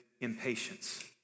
impatience